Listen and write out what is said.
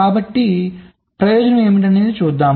కాబట్టి ప్రయోజనం ఏమిటి చూద్దాం